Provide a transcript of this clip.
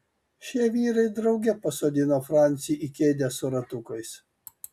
šie vyrai drauge pasodino francį į kėdę su ratukais